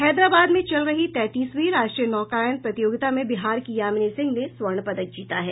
हैदराबाद में चल रही तैंतीसवीं राष्ट्रीय नौकायन प्रतियोगिता में बिहार की यामिनी सिंह ने स्वर्ण पदक जीता है